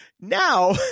Now